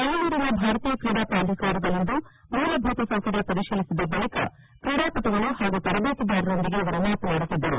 ಬೆಂಗಳೂರಿನ ಭಾರತೀಯ ಕ್ರೀಡಾ ಪ್ರಾಧಿಕಾರದಲ್ಲಿಂದು ಮೂಲಭೂತ ಸೌಕರ್ಯ ಪರಿಶೀಲಿಸಿದ ಬಳಿಕ ಕ್ರೀಡಾಪಟುಗಳು ಹಾಗೂ ತರಬೇತುದಾರರೊಂದಿಗೆ ಅವರು ಮಾತನಾಡುತ್ತಿದ್ದರು